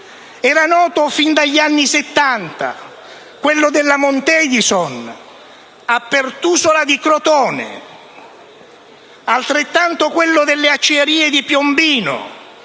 era noto fin dagli anni Settanta quello della Montedison-Pertusola di Crotone, altrettanto quello delle acciaierie di Piombino,